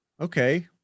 Okay